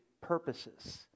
purposes